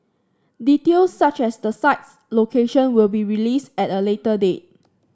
details such as the site's location will be released at a later date